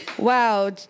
Wow